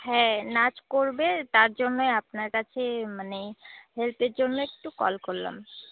হ্যাঁ নাচ করবে তার জন্যেই আপনার কাছে মানে হেল্পের জন্যে একটু কল করলাম